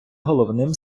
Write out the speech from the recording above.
головним